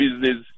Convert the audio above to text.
business